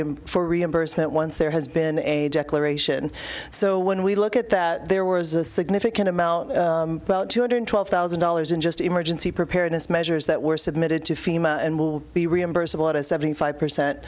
him for reimbursement once there has been a declaration so when we look at that there was a significant amount about two hundred twelve thousand dollars in just emergency preparedness measures that were submitted to fema and will be reimbursable at a seventy five percent